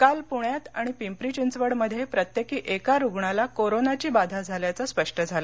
काल पृण्यात आणि पिंपरी चिंचवडमध्ये प्रत्येकी एका रुग्णाला कोरोनाची बाधा झाल्याचं स्पष्ट झालं